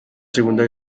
segunda